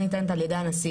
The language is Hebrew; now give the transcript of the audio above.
שהחנינה ניתנת על ידי הנשיא,